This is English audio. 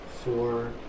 Four